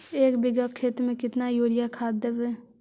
एक बिघा खेत में केतना युरिया खाद देवै?